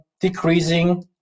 decreasing